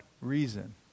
reason